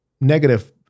negative